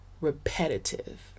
repetitive